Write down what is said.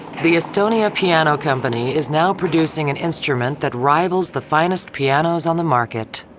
the estonia piano company is now producing an instrument that rivals the finest pianos on the market.